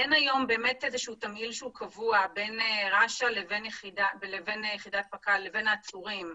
אין היום תמהיל קבוע בין רש"א לבין יחידת פקא"ל לבין העצורים.